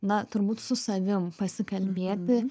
na turbūt su savim pasikalbėti